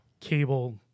cable